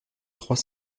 trois